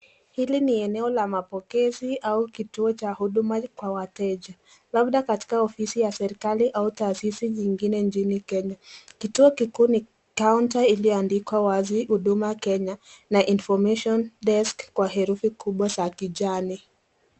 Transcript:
Hili ni eneo la mapokezi ama kituo cha huduma kwa wateja labda katika ofisi ya serekali au taasisi nyingine nchini kenya. Kituo kikuu ni kaunti iliyoandikwa wazi huduma kenya na information desk kwa herufi kubwa za kijani.